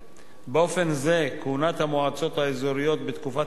באופן זה כהונת המועצות האזוריות בתקופת המעבר